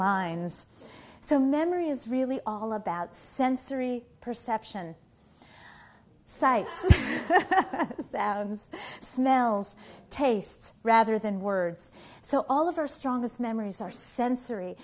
lines so memory is really all about sensory perception sight sounds smells tastes rather than words so all of our strongest memories are sensory